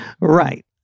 Right